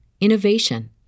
innovation